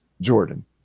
Jordan